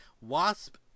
Wasp